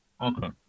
Okay